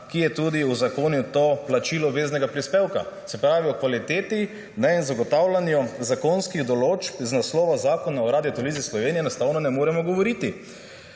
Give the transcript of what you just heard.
ki je tudi uzakonil to plačilo obveznega prispevka. O kvaliteti in zagotavljanju zakonskih določb iz naslova Zakona o Radioteleviziji Slovenija enostavno ne moremo govoriti.